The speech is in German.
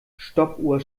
stoppuhr